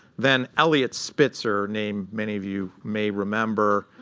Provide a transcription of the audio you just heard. then eliot spitzer, a name many of you may remember,